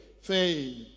Faith